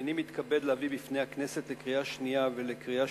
הנני מתכבד להביא בפני הכנסת לקריאה שנייה ולקריאה